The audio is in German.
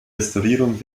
restaurierung